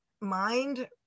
mind